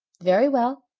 very well,